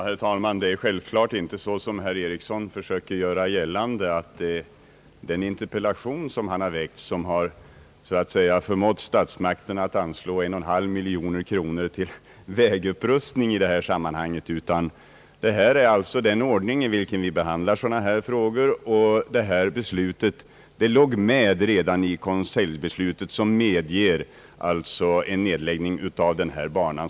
Herr talman! Det är självfallet inte så, som herr Eriksson försökte göra gällande, att det är den enkla fråga som han har ställt som har förmått statsmakterna att anslå 1,5 miljon kronor till vägupprustning i detta sammanhang. Vad som nu har skett är ett led i den ordning i vilken vi behandlar sådana här frågor. Det konseljbeslut, som medgav en nedläggning av den aktuella banan, innefattade också vägupprustningen.